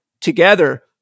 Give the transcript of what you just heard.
together